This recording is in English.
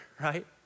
right